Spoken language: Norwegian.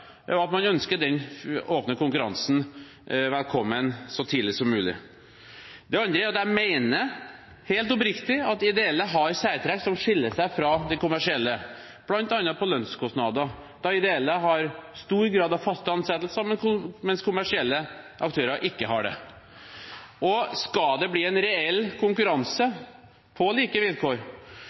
og at man ønsker den åpne konkurransen velkommen så tidlig som mulig. Det andre er at jeg mener helt oppriktig at de ideelle har særtrekk som skiller seg fra de kommersielle, bl.a. når det gjelder lønnskostnader, da ideelle har stor grad av faste ansettelser, mens kommersielle aktører ikke har det. Skal det bli en reell konkurranse på like vilkår,